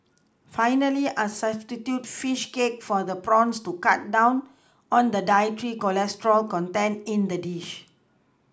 finally I substitute fish cake for the prawns to cut down on the dietary cholesterol content in the dish